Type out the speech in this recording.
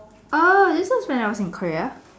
oh this was when I was in Korea